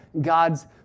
God's